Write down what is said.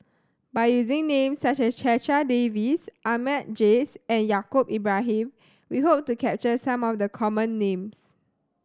by using names such as Checha Davies Ahmad Jais and Yaacob Ibrahim we hope to capture some of the common names